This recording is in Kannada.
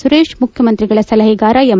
ಸುರೇಶ್ ಮುಖ್ಯಮಂತ್ರಿಗಳ ಸಲಹೆಗಾರ ಎಂ